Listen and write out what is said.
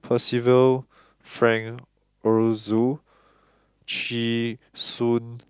Percival Frank Aroozoo Chee Soon